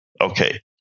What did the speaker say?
Okay